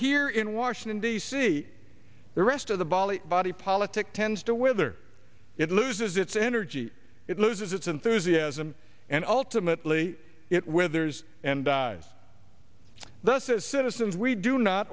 here in washington d c the rest of the bali body politic tends to wither it loses its energy it loses its enthusiasm and ultimately it withers and dies thus as citizens we do not